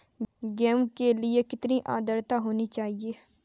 गेहूँ के लिए कितनी आद्रता होनी चाहिए?